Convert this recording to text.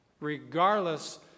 regardless